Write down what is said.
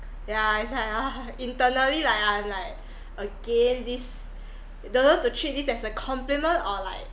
yeah it's like ah internally like I am like again this don't know to treat this as a compliment or like